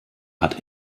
hat